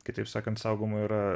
kitaip sakant saugoma yra